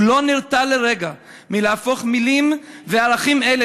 הוא לא נרתע לרגע מלהפוך מילים וערכים אלה